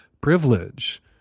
privilege